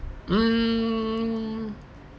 hmm